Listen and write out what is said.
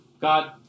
God